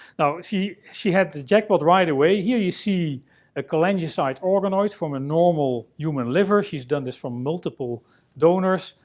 now, she. she hit the jackpot right away. here you see a cholangiocyte organoid from a normal human liver. she's done this from multiple donors.